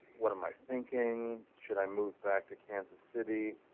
what am i thinking, should i move back to kansas city,